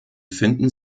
finden